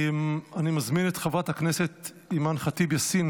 אני מזמין את חברת הכנסת אימאן ח'טיב יאסין